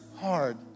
hard